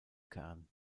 kern